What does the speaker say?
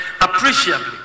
appreciably